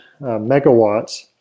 megawatts